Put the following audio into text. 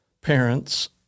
parents